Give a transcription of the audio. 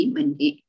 Mandi